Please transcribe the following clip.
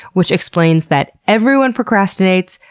which explains that everyone procrastinates,